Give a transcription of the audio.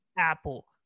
apple